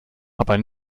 aber